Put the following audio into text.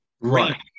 right